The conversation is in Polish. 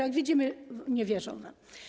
Jak widzimy, nie wierzą wam.